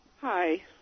Hi